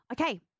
Okay